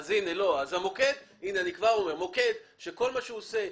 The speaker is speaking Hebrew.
אני כבר אומר: מוקד שכל מה שהוא עושה,